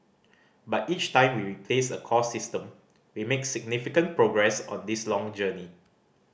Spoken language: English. but each time we replace a core system we make significant progress on this long journey